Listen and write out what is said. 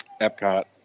Epcot